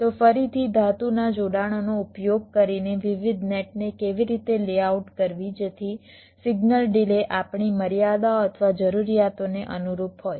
તો ફરીથી ધાતુના જોડાણોનો ઉપયોગ કરીને વિવિધ નેટને કેવી રીતે લેઆઉટ કરવી જેથી સિગ્નલ ડિલે આપણી મર્યાદાઓ અથવા જરૂરિયાતોને અનુરૂપ હોય